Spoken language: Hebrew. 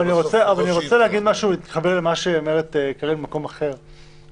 אני רוצה להגיד משהו ולהתחבר למה שאומרת קארין ממקום אחר.